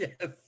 yes